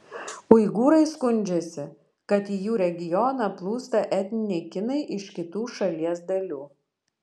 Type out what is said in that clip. uigūrai skundžiasi kad į jų regioną plūsta etniniai kinai iš kitų šalies dalių